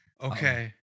Okay